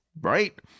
right